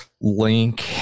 link